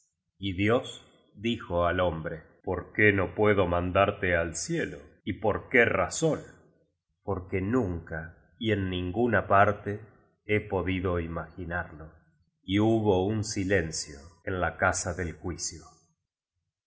y dios dijo al hombre por qué no puedo mandarte al cielo y por qué razón porque nunca y en ninguna parte he podido imaginarlo y hubo un silencio en la casa del juicio